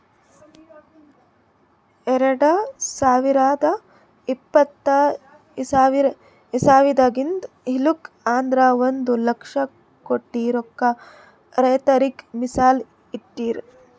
ಎರಡ ಸಾವಿರದ್ ಇಪ್ಪತರ್ ಇಸವಿದಾಗಿಂದ್ ಹೇಳ್ಬೇಕ್ ಅಂದ್ರ ಒಂದ್ ಲಕ್ಷ ಕೋಟಿ ರೊಕ್ಕಾ ರೈತರಿಗ್ ಮೀಸಲ್ ಇಟ್ಟಿರ್